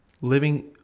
Living